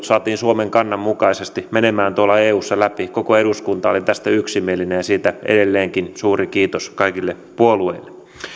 saatiin suomen kannan mukaisesti menemään eussa läpi koko eduskunta oli tästä yksimielinen ja siitä edelleenkin suuri kiitos kaikille puolueille